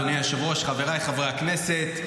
אדוני היושב-ראש, חבריי חברי הכנסת,